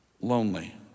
lonely